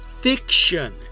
fiction